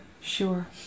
sure